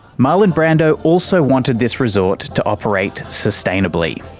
marlon brando also wanted this resort to operate sustainably.